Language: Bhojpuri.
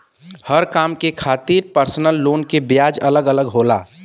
हर काम के खातिर परसनल लोन के ब्याज अलग अलग होला